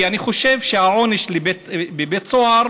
כי אני חושב שהעונש בבית סוהר